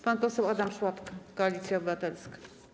Pan poseł Adam Szłapka, Koalicja Obywatelska.